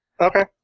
Okay